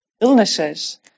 illnesses